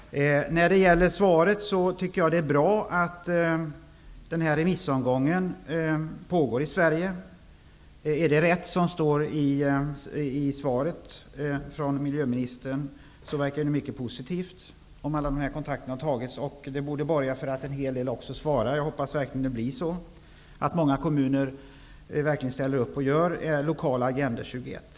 Jag tycker att det är bra, som sägs i svaret, att det pågår en remissomgång i Sverige. Om det är rätt som sägs i miljöministerns svar -- och detta verkade vara mycket positivt -- om alla kontakter som tagits, borde det borga för att en hel del svarar. Jag hoppas verkligen att många kommuner verkligen ställer upp och gör en lokal Agenda 21.